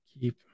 keep